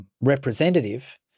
representative